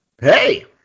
Hey